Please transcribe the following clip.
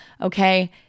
okay